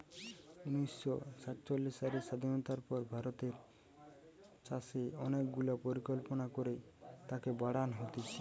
উনিশ শ সাতচল্লিশ সালের স্বাধীনতার পর ভারতের চাষে অনেক গুলা পরিকল্পনা করে তাকে বাড়ান হতিছে